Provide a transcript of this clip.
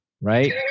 right